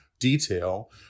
detail